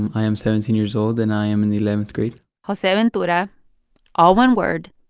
and i am seventeen years old, and i am in the eleventh grade joseventura all one word,